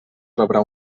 rebrà